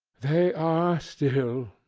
they are. still,